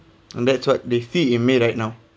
and that's what they see in me right now